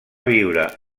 viure